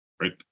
right